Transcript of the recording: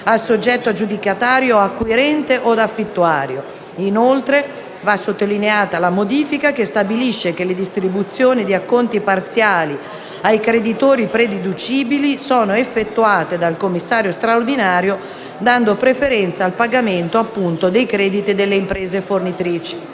nel soggetto aggiudicatario acquirente o affittuario. Va inoltre sottolineata la modifica che stabilisce che le distribuzioni di acconti parziali ai creditori prededucibili sono effettuate dal commissario straordinario, dando preferenza al pagamento dei crediti delle imprese fornitrici.